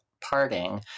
parting